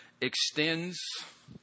extends